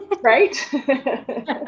Right